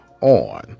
on